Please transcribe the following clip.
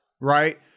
right